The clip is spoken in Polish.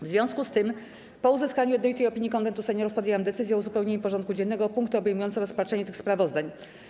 W związku z tym, po uzyskaniu jednolitej opinii Konwentu Seniorów, podjęłam decyzję o uzupełnieniu porządku dziennego o punkty obejmujące rozpatrzenie tych sprawozdań.